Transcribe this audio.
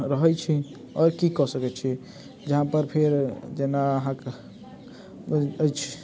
रहैत छी आओर की कऽ सकैत छी जहाँ पर फेर जेना अहाँकेँ अछि